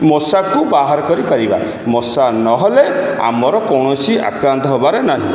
ମଶାକୁ ବାହାର କରିପାରିବା ମଶା ନହେଲେ ଆମର କୌଣସି ଆକ୍ରାନ୍ତ ହେବାରେ ନାହିଁ